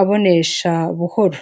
abonesha buhoro.